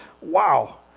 wow